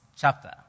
chapter